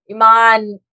Iman